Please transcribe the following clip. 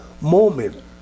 moment